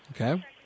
Okay